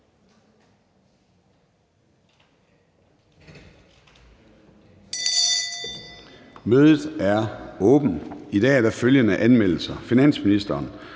Mødet er åbnet. I dag er der følgende anmeldelser: Finansministeren